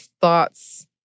thoughts